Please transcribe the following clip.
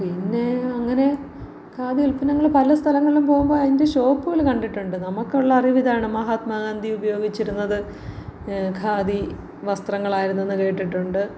പിന്നേ അങ്ങനെ ഖാദി ഉത്പന്നങ്ങൾ പല സ്ഥലങ്ങളിലും പോകുമ്പോൾ അതിന്റെ ഷോപ്പുകൾ കണ്ടിട്ടുണ്ട് നമുക്കുള്ള അറിവിതാണ് മഹാത്മാഗാന്ധി ഉപയോഗിച്ചിരുന്നത് ഖാദി വസ്ത്രങ്ങളായിരുന്നെന്നു കേട്ടിട്ടുണ്ട്